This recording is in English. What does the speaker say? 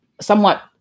somewhat